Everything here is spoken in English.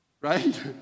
Right